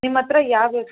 ನಿಮ್ಮ ಹತ್ರ ಯಾವ